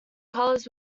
colors